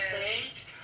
stage